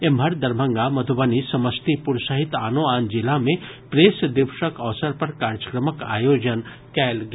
एम्हर दरभंगा मधुबनी समस्तीपुर सहित आनो आन जिला मे प्रेस दिवसक अवसर पर कार्यक्रमक आयोजन कयल गेल